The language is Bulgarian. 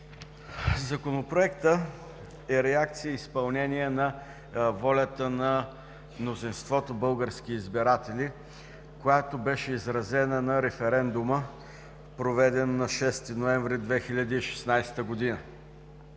Законопроектът е реакции и изпълнение на волята на мнозинството български избиратели, която беше изразена на референдума, проведен на 6 ноември 2016 г.